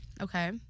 Okay